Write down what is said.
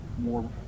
more